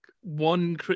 one